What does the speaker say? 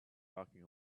locking